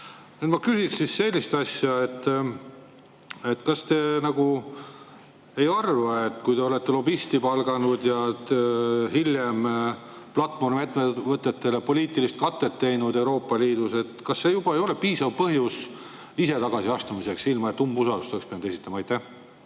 Ma küsiksin sellist asja. Kas te ei arva, et kui te olete lobisti palganud ja hiljem platvormiettevõtetele poliitilist katet teinud Euroopa Liidus, siis see on juba piisav põhjus ise tagasi astumiseks, ilma et umbusaldusavaldust oleks pidanud esitama? Aitäh,